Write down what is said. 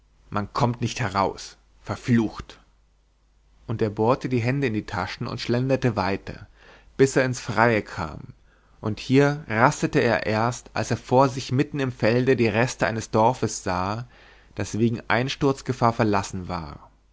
man kommt nicht heraus verflucht und er bohrte die hände in die taschen und schlenderte weiter bis er ins freie kam und hier rastete er erst als er vor sich mitten im felde die reste eines dorfes sah das wegen einsturzgefahr verlassen war